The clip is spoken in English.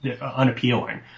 unappealing